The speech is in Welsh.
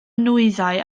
nwyddau